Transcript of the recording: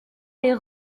les